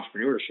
entrepreneurship